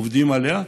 עובדים עליה,